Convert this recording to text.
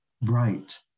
bright